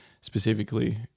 specifically